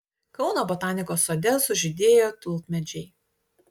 kauno botanikos sode sužydėjo tulpmedžiai